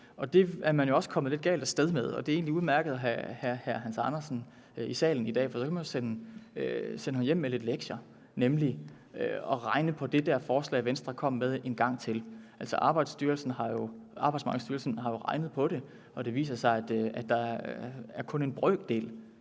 det er man jo også kommet lidt galt af sted med. Og det er egentlig udmærket at have hr. Hans Andersen i salen i dag, for så kan jeg sende ham hjem med lidt lektier, nemlig en gang mere at regne på det der forslag, Venstre kom med. Arbejdsmarkedsstyrelsen har jo regnet på det, og det viser sig, at der kun er en brøkdel